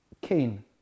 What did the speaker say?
Cain